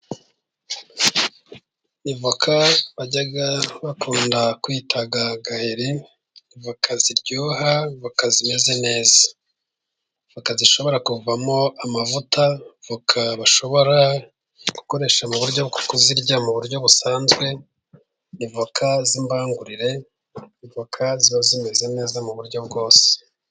Ni voka barya bakunda kwita gaheri, voka ziryoha voka zimeze neza voka zishobora kuvamo amavuta, voka bashobora gukoresha mu buryo bwo kuzirya mu buryo busanzwe, ni voka z'imbangurire ni voka ziba zimeze neza mu buryo bwose.